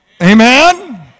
Amen